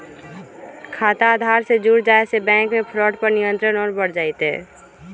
खाता आधार से जुड़ जाये से बैंक मे फ्रॉड पर नियंत्रण और बढ़ जय तय